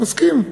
מסכים בו.